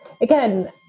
again